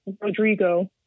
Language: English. Rodrigo